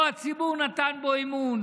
לא הציבור נתן בו אמון